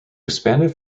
expanded